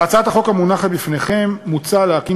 בהצעת החוק המונחת בפניכם מוצע להקים